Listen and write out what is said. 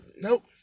Nope